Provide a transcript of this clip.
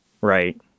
right